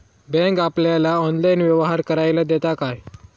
Bank आपल्याला online व्यवहार करायला देता काय?